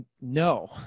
no